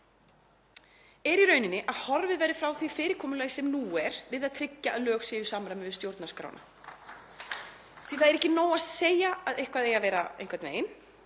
er í rauninni að horfið verði frá því fyrirkomulagi sem nú er við að tryggja að lög séu í samræmi við stjórnarskrána, því að það er ekki nóg að segja að eitthvað eigi að vera einhvern veginn,